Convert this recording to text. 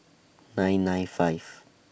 nine nine five